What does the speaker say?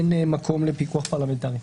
אין מקום לפיקוח פרלמנטרי.